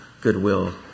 goodwill